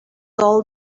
all